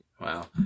Wow